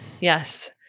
yes